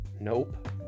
Nope